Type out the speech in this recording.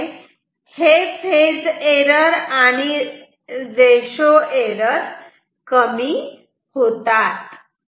यामुळे phase error आणि ratio error कमी होते